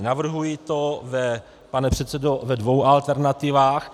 Navrhuji to, pane předsedo, ve dvou alternativách.